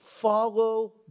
follow